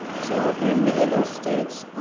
so and in many of those states,